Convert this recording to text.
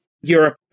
Europe